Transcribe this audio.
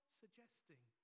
suggesting